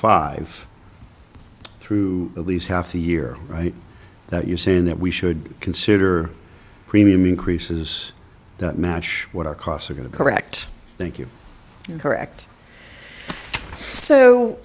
five through at least half a year right that you say that we should consider premium increases that match what our costs are going to correct thank you correct so